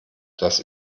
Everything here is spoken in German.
dass